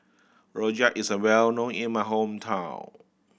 rojak is a well known in my hometown